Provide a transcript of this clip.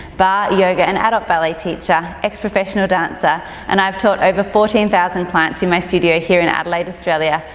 barre, yoga and adult ballet teacher, ex professional dancer and i've taught over fourteen thousand clients in my studio here in adelaide australia,